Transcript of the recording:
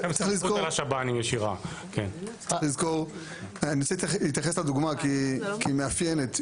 אני רוצה להתייחס לדוגמה כי היא מאפיינת.